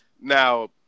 Now